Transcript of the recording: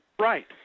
Right